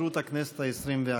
להתפזרות הכנסת העשרים-ואחת.